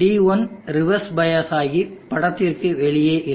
D1 reverse bias ஆகி படத்திற்கு வெளியே இருக்கும்